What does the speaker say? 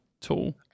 tool